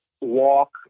walk